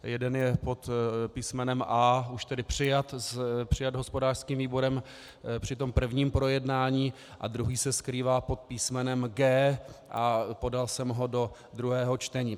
Jeden je pod písmenem A už přijat hospodářským výborem při tom prvním projednání a druhý se skrývá pod písmenem G a podal jsem ho do druhého čtení.